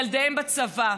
ילדיהם בצבא.